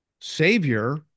Savior